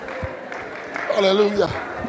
Hallelujah